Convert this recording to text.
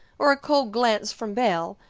or a cold glance from belle,